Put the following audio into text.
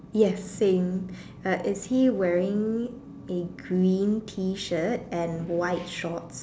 yes saying is he wearing be green T-shirt and white shorts